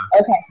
Okay